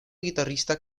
guitarrista